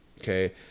okay